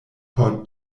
por